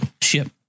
ship